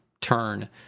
turn